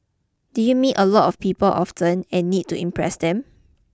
do you meet a lot of people often and need to impress them